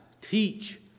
teach